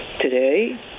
today